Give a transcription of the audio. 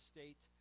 State